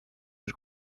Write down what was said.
niż